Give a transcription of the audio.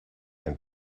and